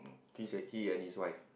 mm he and his wife